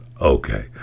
okay